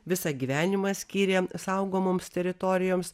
visą gyvenimą skyrė saugomoms teritorijoms